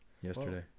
Yesterday